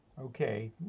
Okay